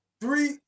three